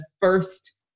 first